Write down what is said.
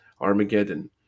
Armageddon